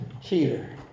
Cheater